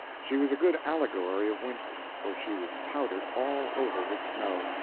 she was a good allegory of winter, for she was powdered all over with snow.